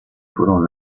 furono